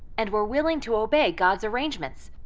and we're willing to obey god's arrangements.